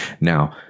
Now